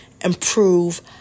Improve